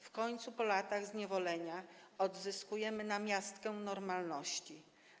W końcu po latach zniewolenia odzyskujemy namiastkę normalności.